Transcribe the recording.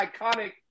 iconic